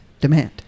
demand